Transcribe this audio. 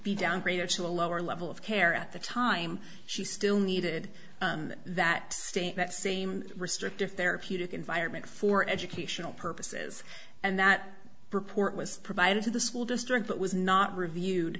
be downgraded to a lower level of care at the time she still needed that state that same restrictive therapeutic environment for educational purposes and that report was provided to the school district that was not reviewed